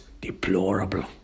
deplorable